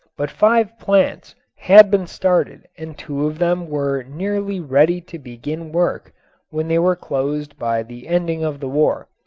but five plants had been started and two of them were nearly ready to begin work when they were closed by the ending of the war.